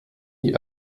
die